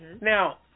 Now